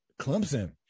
Clemson